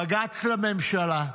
בג"ץ לממשלה: